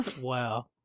Wow